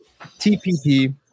TPP